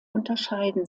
unterscheiden